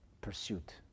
pursuit